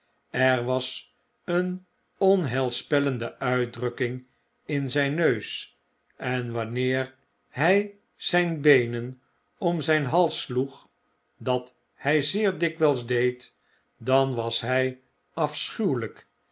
er was een onheilspellende uitdrukking in zjjn neus en wanneer hfl zjjn beenen om zijn hals sloeg dat hy zeer dikwyls deed dan was hn